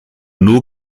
nur